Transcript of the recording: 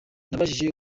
nabajije